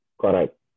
Correct